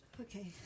Okay